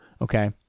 okay